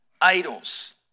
idols